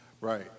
Right